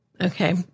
Okay